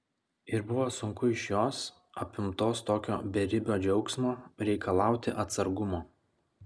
ir buvo sunku iš jos apimtos tokio beribio džiaugsmo reikalauti atsargumo